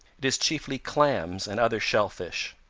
it is chiefly clams and other shellfish.